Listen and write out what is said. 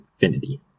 infinity